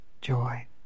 joy